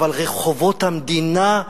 אבל רחובות המדינה,